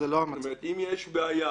אם יש בעיה